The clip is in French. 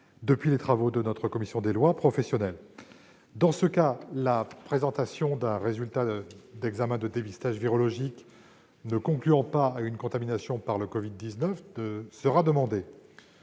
depuis les travaux de notre commission des lois, d'ordre professionnel. Dans ce cas, la présentation d'un résultat d'examen de dépistage virologique ne concluant pas à une contamination par le covid-19 sera demandée.